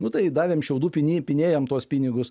nu tai davėm šiaudų pyny pynėjam tuos pinigus